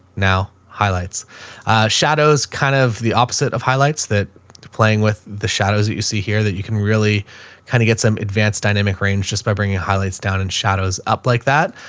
now highlights a shadows, kind of the opposite of highlights that playing with the shadows that you see here that you can really kind of get some advanced dynamic range just by bringing highlights down in shadows up like that.